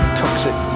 toxic